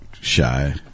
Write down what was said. shy